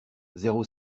zéro